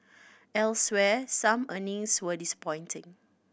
elsewhere some earnings were disappointing